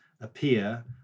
appear